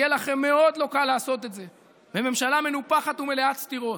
יהיה לכם מאוד לא קל לעשות את זה בממשלה מנופחת ומלאת סתירות,